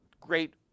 great